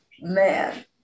man